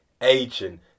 agent